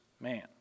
man